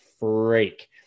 freak